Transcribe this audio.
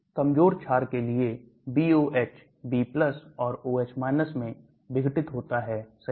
कमजोर छार के लिए BOH B और OH मैं विघटित होता है सही